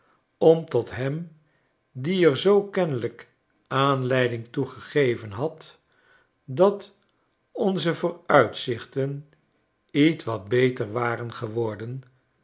om tot hem die er zookennelijkaanleiding toe gegeven had dat onze vooruitzichten ietwat beter waren geworden